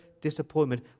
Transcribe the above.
disappointment